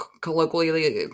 colloquially